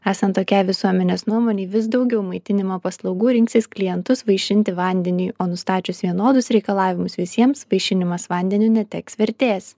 esant tokiai visuomenės nuomonei vis daugiau maitinimo paslaugų rinksis klientus vaišinti vandeniui o nustačius vienodus reikalavimus visiems gaišinimas vandeniu neteks vertės